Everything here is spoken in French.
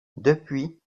depuis